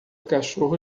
cachorro